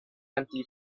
empty